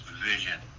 vision